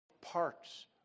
parts